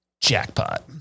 jackpot